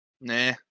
Nah